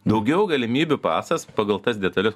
daugiau galimybių pasas pagal tas detales